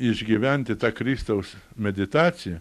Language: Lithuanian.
išgyventi tą kristaus meditaciją